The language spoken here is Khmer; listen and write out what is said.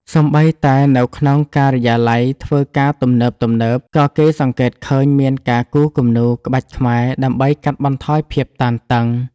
សូម្បីតែនៅក្នុងការិយាល័យធ្វើការទំនើបៗ ក៏គេសង្កេតឃើញមានការគូរគំនូរក្បាច់ខ្មែរដើម្បីកាត់បន្ថយភាពតានតឹង។